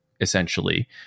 essentially